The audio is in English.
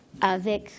Avec